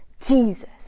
Jesus